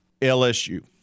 LSU